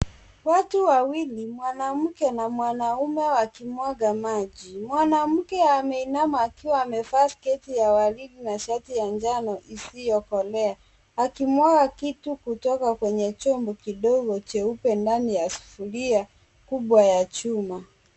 Watu wawili mwanamke na mwanamme wakimwaga maji , mwanamke ameinama akiwa amevaa sketi ya waridi na shati ya njano isiyokolea, akimwaga kitu kutoka kwenye chombo kidogo cheupe ndani ya sufuria kubwa ya chuma .